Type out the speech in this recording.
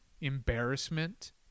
embarrassment